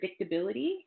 predictability